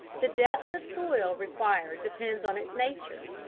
the depth of soil required depends on its nature.